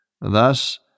Thus